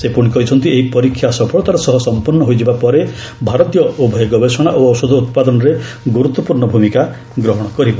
ସେ ପୁଣି କହିଛନ୍ତି ଏହି ପରୀକ୍ଷା ସଫଳତାର ସହ ସଂପନ୍ନ ହୋଇଯିବା ପରେ ଭାରତ ଉଭୟ ଗବେଷଣା ଓ ଔଷଧ ଉତ୍ପାଦନରେ ଗୁରୁତ୍ୱପୂର୍ଣ୍ଣ ଭୂମିକା ଗ୍ରହଣ କରିବ